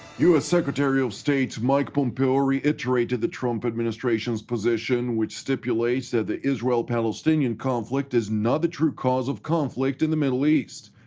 ah secretary of state mike pompeo reiterated the trump administration's position which stipulated that the israel-palestinian conflict is not the true cause of conflict in the middle east.